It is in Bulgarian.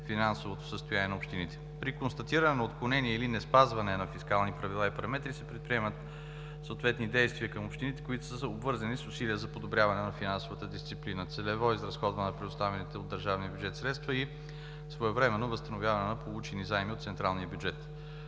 финансовото състояние на общините. При констатирано отклонение или неспазване на фискални правила и параметри се предприемат съответни действия към общините, които са обвързани с усилия за подобряване на финансовата дисциплина, целево изразходване на предоставените от държавния бюджет средства и своевременно възстановяване на получени заеми от централния бюджет.